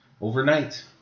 overnight